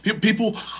People